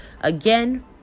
Again